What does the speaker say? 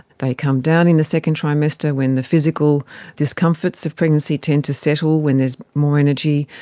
they come down in the second trimester when the physical discomforts of pregnancy tend to settle when there's more energy,